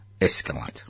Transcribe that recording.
escalate